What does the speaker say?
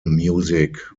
music